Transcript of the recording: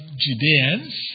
Judeans